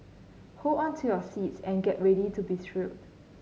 hold on to your seats and get ready to be thrilled